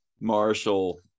Marshall